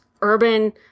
urban